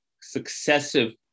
successive